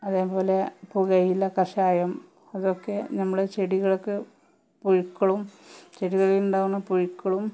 അതേപോലെ പുകയില കഷായം അതൊക്കെ നമ്മൾ ചെടികൾക്ക് പുഴുക്കളും ചെടികളിലുണ്ടാകുന്ന പുഴുക്കളും